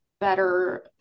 better